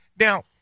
Now